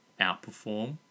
outperform